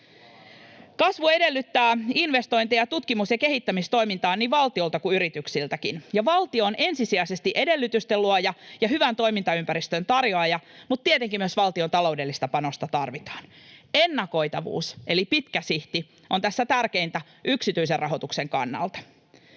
Kasvu edellyttää investointeja tutkimus- ja kehittämistoimintaan niin valtiolta kuin yrityksiltäkin. Valtio on ensisijaisesti edellytysten luoja ja hyvän toimintaympäristön tarjoaja, mutta tietenkin myös valtion taloudellista panosta tarvitaan. Ennakoitavuus eli pitkä sihti on tässä tärkeintä yksityisen rahoituksen kannalta.